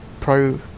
Pro